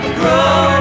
grow